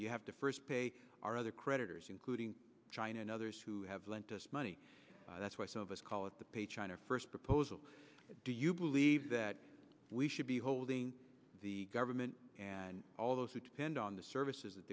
you have to first pay our other creditors including china and others who have lent us money that's why some of us call it the pay china first proposal do you believe that we should be holding the government and all those who depend on the services that